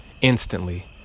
instantly